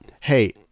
hey